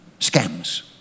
Scams